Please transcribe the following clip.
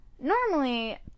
Normally